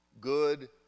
good